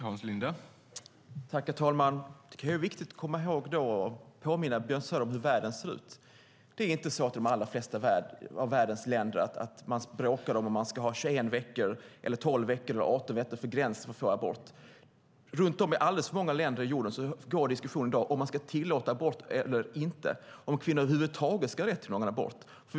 Herr talman! Det är viktigt att komma ihåg, och jag vill påminna Björn Söder om hur världen ser ut, att det inte är så att de allra flesta av världens länder bråkar om huruvida man ska ha 21 veckor, 12 veckor eller 18 veckor som gräns för abort. Runt om på jorden gäller diskussionen i alldeles för många länder i dag om man ska tillåta abort eller inte, om kvinnor över huvud taget ska ha rätt till abort.